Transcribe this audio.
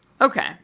Okay